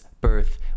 birth